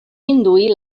induir